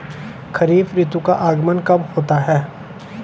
खरीफ ऋतु का आगमन कब होता है?